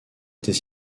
était